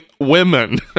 women